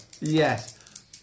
Yes